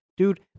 Dude